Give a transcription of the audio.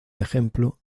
ejemplo